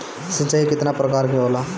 सिंचाई केतना प्रकार के होला?